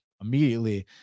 immediately